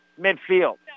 midfield